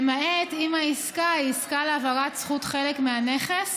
למעט אם העסקה היא עסקה להעברת זכות חלק מהנכס